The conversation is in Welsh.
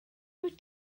wyt